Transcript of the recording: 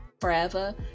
forever